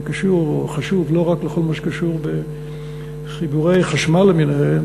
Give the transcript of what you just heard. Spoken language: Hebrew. זה קשור או חשוב לא רק לכל מה שקשור בחיבורי חשמל למיניהם,